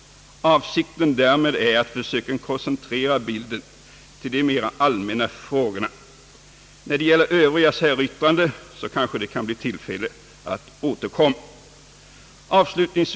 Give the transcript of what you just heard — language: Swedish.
Avsikten därmed är att försöka koncentrera bilden till de mera allmänna frågorna. När det gäller övriga säryttranden kanske det kan bli tillfälle att återkomma.